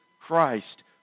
Christ